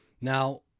Now